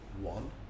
one